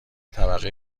طبقه